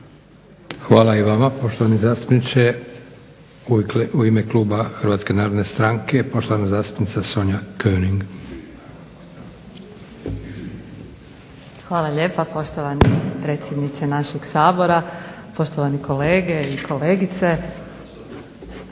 Hvala i vama poštovani zastupniče. U ime kluba HNS-a poštovana zastupnica Sonja König. **König, Sonja (HNS)** Hvala lijepa poštovani predsjedniče našeg Sabora. Poštovani kolege i kolegice. Pa